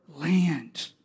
land